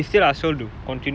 I don't know who been giving food